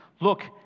look